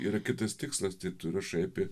yra kitas tikslas tai tu rašai apie